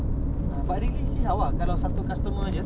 lagi uh lagi eh lagi thirteen minutes